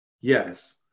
Yes